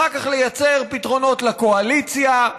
אחרי כך לייצר פתרונות לקואליציה,